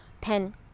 pen